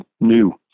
new